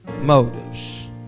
motives